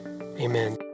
amen